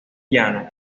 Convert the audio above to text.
llano